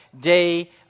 day